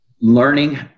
learning